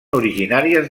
originàries